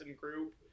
group